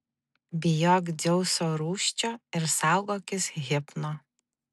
bijok dzeuso rūsčio ir saugokis hipno